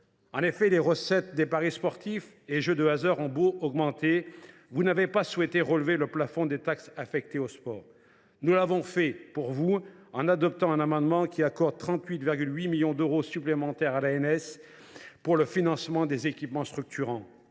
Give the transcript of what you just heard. En effet, les recettes des paris sportifs et jeux de hasard ont beau augmenter, vous n’avez pas souhaité relever le plafond des taxes affectées au sport. Nous l’avons fait pour vous, en adoptant un amendement qui accorde 38,8 millions d’euros supplémentaires à l’ANS pour le financement des équipements structurants.